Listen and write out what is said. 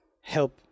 help